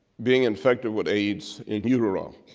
being infected with aids in utero.